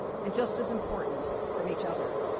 and just as important, from each other.